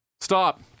Stop